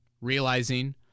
realizing